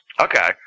Okay